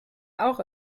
auch